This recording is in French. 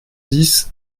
dix